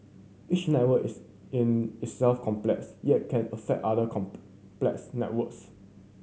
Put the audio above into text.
each network is in itself complex yet can affect other complex networks